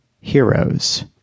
Heroes